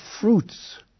fruits